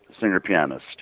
singer-pianist